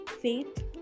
faith